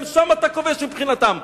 גם שם אתה כובש מבחינתם,